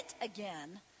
again